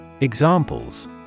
Examples